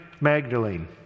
Magdalene